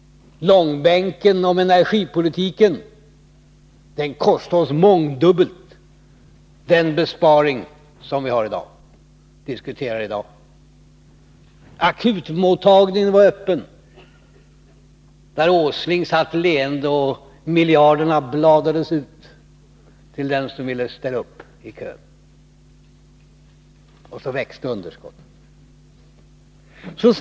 Långbänken om energipolitiken kostade oss mångdubbelt den besparing som vi diskuterar i dag. Akutmottagningen var öppen. Där satt Nils Åsling leende, och miljarderna bladades ut till den som ville ställa upp i kön. Och så växte underskottet.